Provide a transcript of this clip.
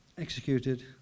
executed